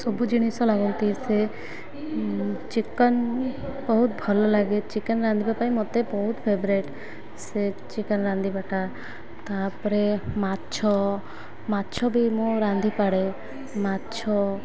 ସବୁ ଜିନିଷ ଲାଗନ୍ତି ସେ ଚିକେନ୍ ବହୁତ ଭଲ ଲାଗେ ଚିକେନ୍ ରାନ୍ଧିବା ପାଇଁ ମତେ ବହୁତ ଫେଭରାଇଟ୍ ସେ ଚିକେନ୍ ରାନ୍ଧିବାଟା ତା'ପରେ ମାଛ ମାଛ ବି ମୁଁ ରାନ୍ଧିପଡ଼େ ମାଛ